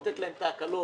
לתת להן את ההקלות,